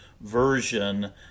version